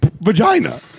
vagina